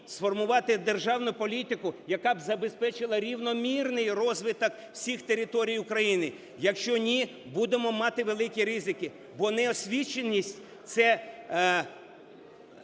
сформувати державну політику, яка б забезпечила рівномірний розвиток всіх територій України, якщо ні, будемо мати великі ризики, бо неосвіченість – це